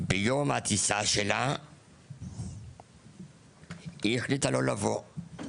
הטיסה שלה היא החליטה לא לבוא.